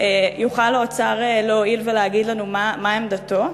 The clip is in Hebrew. יוכל האוצר להואיל ולהגיד לנו מה עמדתו,